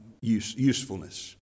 usefulness